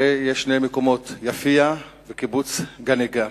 הרי יש שני מקומות: יפיע וקיבוץ גניגר,